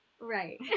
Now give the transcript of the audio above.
Right